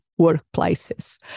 workplaces